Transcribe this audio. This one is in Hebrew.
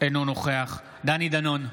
אינו נוכח דני דנון,